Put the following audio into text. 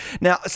Now